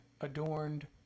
adorned